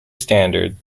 standard